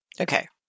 Okay